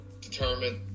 determined